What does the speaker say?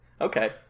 Okay